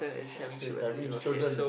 uh s~ I mean children